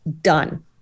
done